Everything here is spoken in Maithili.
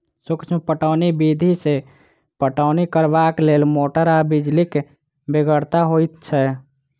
सूक्ष्म पटौनी विधि सॅ पटौनी करबाक लेल मोटर आ बिजलीक बेगरता होइत छै